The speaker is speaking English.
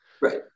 right